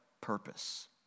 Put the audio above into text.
purpose